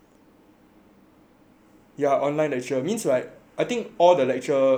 yeah online lecture means like all the lecture other than tutorial loh